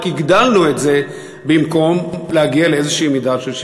הגדלנו את זה במקום להגיע לאיזושהי מידה של שוויון.